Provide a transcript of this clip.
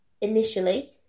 initially